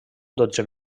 dotze